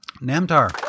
Namtar